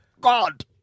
god